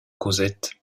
cosette